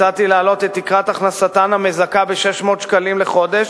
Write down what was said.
הצעתי להעלות את תקרת הכנסתן המזכה ב-600 שקלים לחודש,